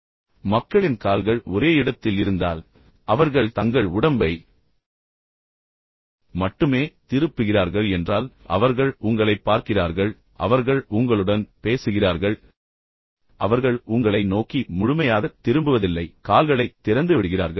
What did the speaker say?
இப்போது மக்களின் கால்கள் ஒரே இடத்தில் இருந்தால் அவர்கள் தங்கள் உடம்பை மட்டுமே திருப்புகிறார்கள் என்றால் அவர்கள் உங்களைப் பார்க்கிறார்கள் பின்னர் அவர்கள் உங்களுடன் பேசுகிறார்கள் ஆனால் அவர்கள் உங்களை நோக்கி முழுமையாகத் திரும்புவதில்லை பின்னர் கால்களைத் திறந்து விடுகிறார்கள்